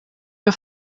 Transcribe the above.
wir